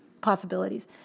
possibilities